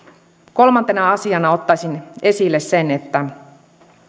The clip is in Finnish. kolmantena asiana ottaisin esille sen